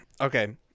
Okay